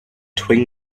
twin